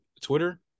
Twitter